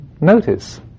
notice